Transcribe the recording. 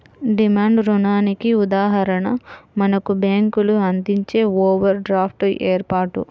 demand రుణానికి ఉదాహరణ మనకు బ్యేంకులు అందించే ఓవర్ డ్రాఫ్ట్ ఏర్పాటు